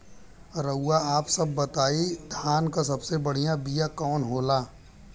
रउआ आप सब बताई धान क सबसे बढ़ियां बिया कवन होला?